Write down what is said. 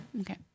Okay